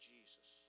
Jesus